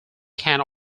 can